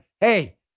hey